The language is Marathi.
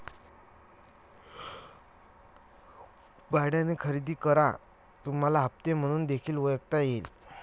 भाड्याने खरेदी करा तुम्हाला हप्ते म्हणून देखील ओळखता येईल